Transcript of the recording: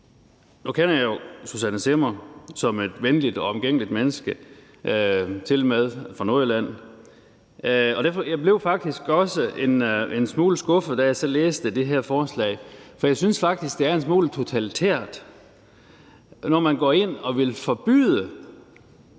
Nu kender jeg jo fru Susanne Zimmer som et venligt og omgængeligt menneske, tilmed fra Nordjylland, og jeg blev faktisk en smule skuffet, da jeg så læste det her forslag. Jeg synes faktisk, det er en smule totalitært, når man går ind og vil forbyde